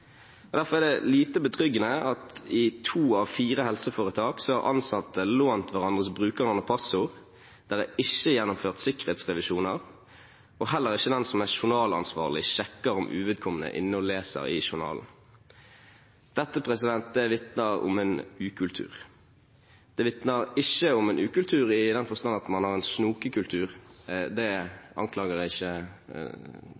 Derfor er det lite betryggende at i to av fire helseforetak har ansatte lånt hverandres brukernavn og passord. Det er ikke gjennomført sikkerhetsrevisjoner, og heller ikke den som er journalansvarlig, sjekker om uvedkommende er inne og leser i journalen. Dette vitner om en ukultur. Det vitner ikke om en ukultur i den forstand at man har en snokekultur, det anklager jeg ikke